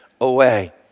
away